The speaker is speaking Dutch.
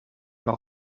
maar